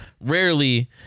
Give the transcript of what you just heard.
rarely